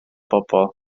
bobl